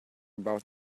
about